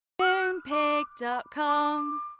Moonpig.com